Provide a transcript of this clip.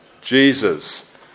Jesus